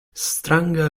stranga